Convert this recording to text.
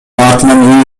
артынан